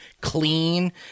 clean